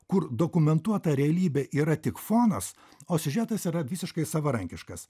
kur dokumentuota realybė yra tik fonas o siužetas yra visiškai savarankiškas